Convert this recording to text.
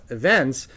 events